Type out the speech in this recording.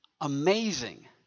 amazing